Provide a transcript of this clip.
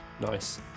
nice